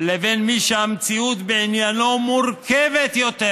לבין מי שהמציאות בעניינו מורכבת יותר,